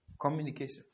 Communication